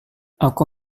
aku